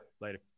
Later